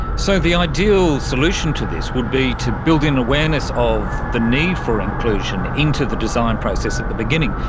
so the ideal solution to this would be to build an awareness of the need for inclusion into the design process at the beginning,